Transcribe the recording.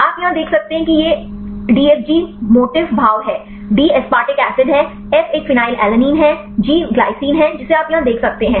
आप यहां देख सकते हैं कि यह एक डीएफजी मूल भाव है डी एसपारटिक एसिड है एफ एक फेनिलएलनिन है जी वह ग्लाइसिन है जिसे आप यहां देख सकते हैं